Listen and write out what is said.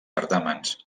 certàmens